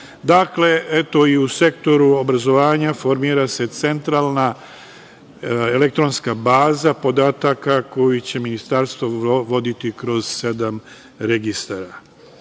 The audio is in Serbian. Dakle, eto, i u sektoru obrazovanja formira se centralna elektronska baza podataka koje će ministarstvo voditi kroz sedam registara. Da